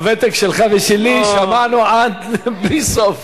בוותק שלך ושלי שמענו עד בלי סוף.